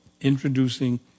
introducing